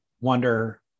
wonder